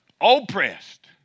oppressed